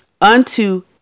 unto